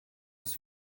das